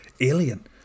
alien